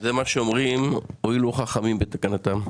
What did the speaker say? זה מה שאומרים הועילו חכמים בתקנתם.